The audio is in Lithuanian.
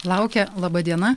laukia laba diena